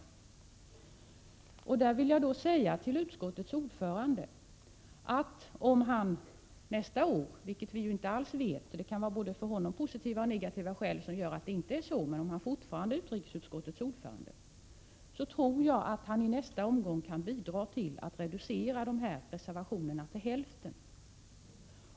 Till utskottets ordförande vill jag säga: Om han nästa år fortfarande är utrikesutskottets ordförande — vilket vi inte alls vet, eftersom det kan finnas för honom både positiva och negativa skäl till att det inte är så — tror jag att han i nästa omgång kan bidra till att reducera antalet reservationer till hälften.